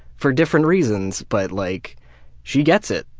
for different reasons, but like she gets it.